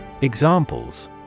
Examples